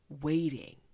Waiting